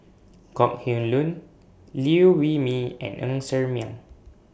Kok Heng Leun Liew Wee Mee and Ng Ser Miang